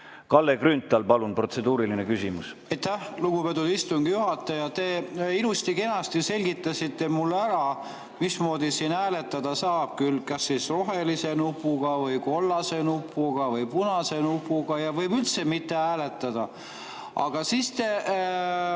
Kalle Grünthal, palun, protseduuriline küsimus!